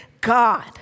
God